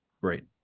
Great